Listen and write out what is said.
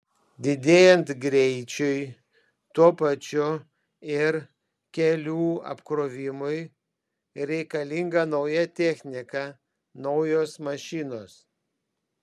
didėjant greičiui tuo pačiu ir kelių apkrovimui reikalinga nauja technika naujos mašinos